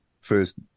first